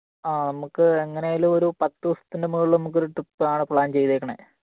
ആ നമുക്ക് എങ്ങനെയെങ്കിലുമൊരു പത്തു ദിവസത്തിനു മുകളിൽ നമുക്ക് ഒരു ട്രിപ്പാണ് പ്ലാൻ ചെയ്തിരിക്കുന്നത്